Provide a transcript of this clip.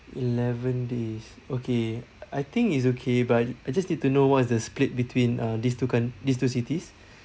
eleven days okay I think it's okay but I just need to know what is the split between uh these two coun~ these two cities